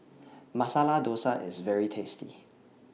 Masala Dosa IS very tasty